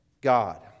God